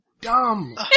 dumb